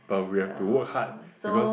but we have to work hard because